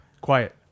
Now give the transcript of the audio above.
Quiet